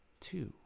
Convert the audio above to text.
two